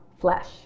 flesh